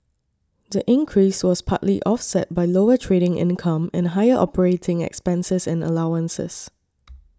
the increase was partly offset by lower trading income and higher operating expenses and allowances